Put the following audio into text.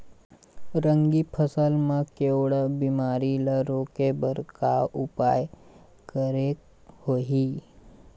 रागी फसल मा केवड़ा बीमारी ला रोके बर का उपाय करेक होही?